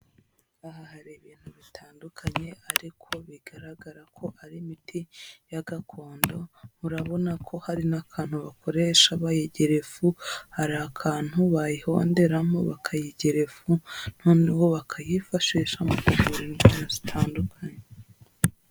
Aha hari ibintu bitandukanye ariko bigaragara ko ari imiti ya gakondo, urabona ko hari n'akantu bakoresha bayigira ifu, hari akantu bayihonderamo bakayigira ifu noneho bakayifashisha mu kuvura indwara zitandukanye.